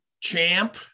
champ